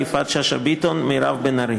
יפעת שאשא ביטון ומירב בן ארי,